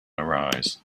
arise